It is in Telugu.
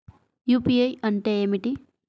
యూ.పీ.ఐ అంటే ఏమిటీ?